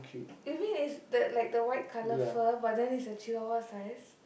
you mean is the like the white color fur but then is the Chihuahua size